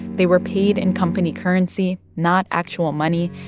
they were paid in company currency, not actual money,